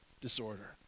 Disorder